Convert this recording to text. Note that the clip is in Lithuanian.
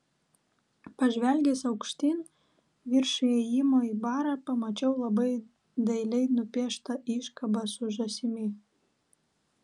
pažvelgęs aukštyn virš įėjimo į barą pamačiau labai dailiai nupieštą iškabą su žąsimi